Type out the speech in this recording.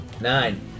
Nine